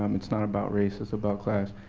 um it's not about race, it's about class.